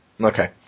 Okay